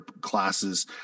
classes